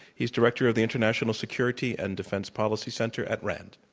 he's director of the international security and defense policy center at rand.